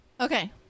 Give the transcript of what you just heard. Okay